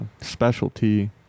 Specialty